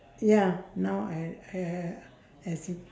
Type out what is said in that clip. ya now I I I I as if